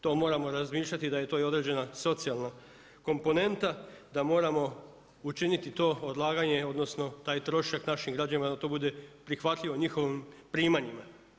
To moramo razmišljati da je to i određena socijalna komponenta, da moramo učiniti to odlaganje, odnosno taj trošak našim građanima da to bude prihvatljivo njihovim primanjima.